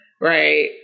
right